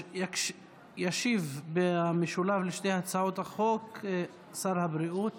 ישיב במשולב על שתי הצעות החוק שר הבריאות